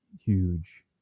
huge